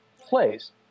plays